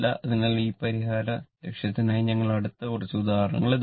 അതിനാൽ ഈ പരിഹാര ലക്ഷ്യത്തിനായി ഞങ്ങൾ എടുത്ത കുറച്ച് ഉദാഹരണങ്ങൾ ഇതാണ്